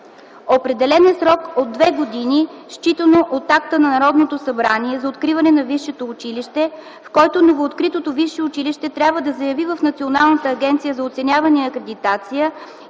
Определен е срок от две години, считано от акта на Народното събрание за откриване на висшето училище, в който новооткритото висше училище трябва да заяви в Националната агенция за оценяване и акредитация